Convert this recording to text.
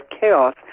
chaos